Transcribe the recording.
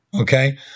okay